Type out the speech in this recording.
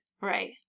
Right